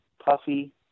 puffy